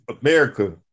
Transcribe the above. America